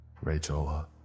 Rachel